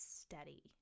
steady